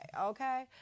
Okay